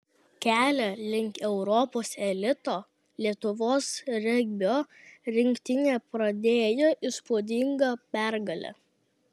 kelią link europos elito lietuvos regbio rinktinė pradėjo įspūdinga pergale